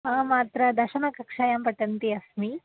अहमत्र दशमी कक्षायां पठन्ती अस्मि